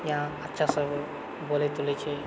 इहाँ अच्छा सभ बोलै तोलै छै